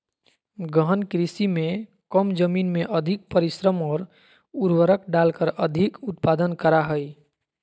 गहन कृषि में कम जमीन में अधिक परिश्रम और उर्वरक डालकर अधिक उत्पादन करा हइ